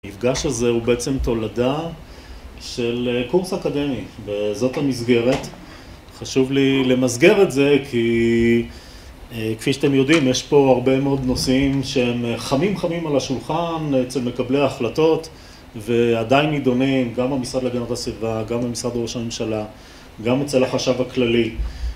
המפגש הזה הוא בעצם תולדה של קורס אקדמי, זאת המסגרת, חשוב לי למסגר את זה כי כפי שאתם יודעים יש פה הרבה מאוד נושאים שהם חמים חמים על השולחן אצל מקבלי ההחלטות ועדיין נידונים גם במשרד להגנת הסביבה, גם במשרד ראש הממשלה, גם אצל החשב הכללי